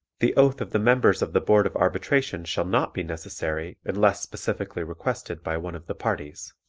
the oath of the members of the board of arbitration shall not be necessary unless specifically requested by one of the parties.